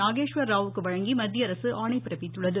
நாகேஷ்வர் ராவுக்கு வழங்கி மத்திய அரசு ஆணை பிறப்பித்தது